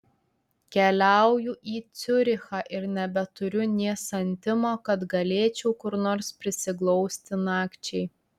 keliauju į ciurichą ir nebeturiu nė santimo kad galėčiau kur nors prisiglausti nakčiai